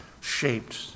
shaped